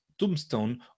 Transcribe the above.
tombstone